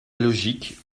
logique